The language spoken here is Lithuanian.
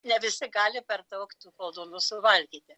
ne visi gali per daug tų koldūnų suvalgyti